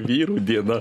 vyrų diena